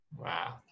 Wow